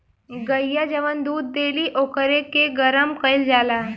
गइया जवन दूध देली ओकरे के गरम कईल जाला